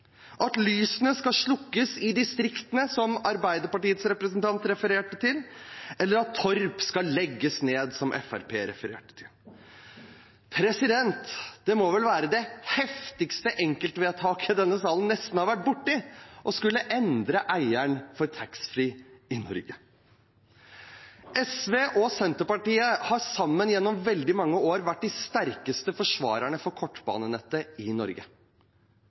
at lysene skal slukkes i distriktene, som Arbeiderpartiets representant refererte til, eller at Torp skal legges ned, som Fremskrittspartiet refererte til. Det må vel nesten være det heftigste enkeltvedtaket denne salen har vært borti – å skulle endre eieren av taxfree i Norge. SV og Senterpartiet har sammen gjennom veldig mange år vært de sterkeste forsvarerne av kortbanenettet i Norge.